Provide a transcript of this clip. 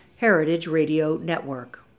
heritageradionetwork